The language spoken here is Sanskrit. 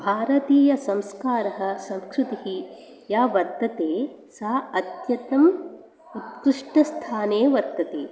भारतीयसंस्कारः संस्कृतिः या वर्तते सा अत्यन्तम् उत्कृष्टस्थाने वर्तते